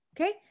okay